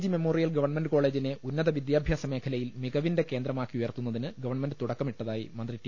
G memorial government കോളേജിനെ ഉന്നതവിദ്യാഭ്യാസ മേഖലയിൽ മികവിന്റെ കേന്ദ്രമാക്കി ഉയർത്തു ന്നതിന് ഗവൺമെന്റ് തുടക്കമിട്ടതായി മന്ത്രി ടി